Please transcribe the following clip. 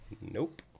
Nope